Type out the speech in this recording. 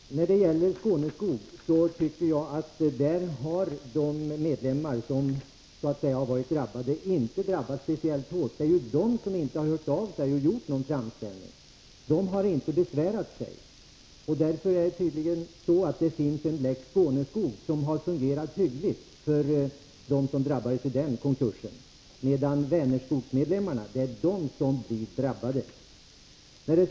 Fru talman! När det gäller Skåneskog tycker jag att de medlemmar som varit drabbade inte har drabbats speciellt hårt. Det finns ju de som inte har hört av sig och gjort någon framställning — de har alltså inte besvärat sig. Det finns tydligen en lex Skåneskog som har fungerat hyggligt för dem som drabbats i den konkursen. Det är Vänerskogs medlemmar som blir drabbade.